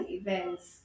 events